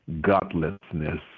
godlessness